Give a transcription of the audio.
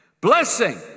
Blessing